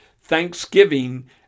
thanksgiving